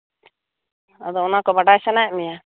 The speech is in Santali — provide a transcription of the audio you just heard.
ᱟᱫᱚ ᱚᱱᱟ ᱠᱚ ᱵᱟᱰᱟᱭ ᱥᱟᱱᱟᱭᱮᱫ ᱢᱮᱭᱟ